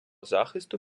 захисту